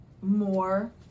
more